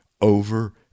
over